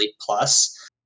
Plus